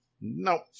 Nope